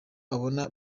abona